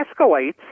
escalates